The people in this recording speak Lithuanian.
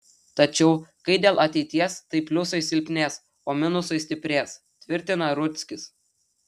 tačiau kai dėl ateities tai pliusai silpnės o minusai stiprės tvirtina rudzkis